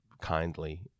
kindly